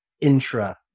intra